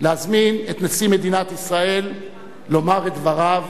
להזמין את נשיא מדינת ישראל לומר את דבריו